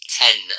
ten